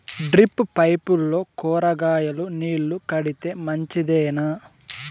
Drip పైపుల్లో కూరగాయలు నీళ్లు కడితే మంచిదేనా?